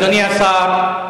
אדוני השר,